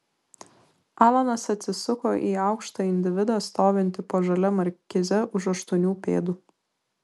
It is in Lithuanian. alanas atsisuko į aukštą individą stovintį po žalia markize už aštuonių pėdų